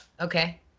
okay